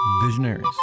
Visionaries